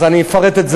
אני אפרט את זה,